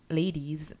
ladies